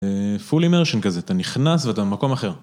full immersion כזה, אתה נכנס ואתה במקום אחר.